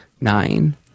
Nine